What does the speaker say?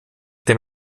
dem